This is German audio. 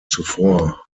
zuvor